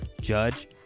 Judge